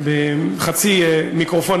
בחצי מיקרופון,